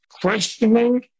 questioning